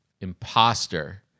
imposter